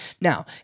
Now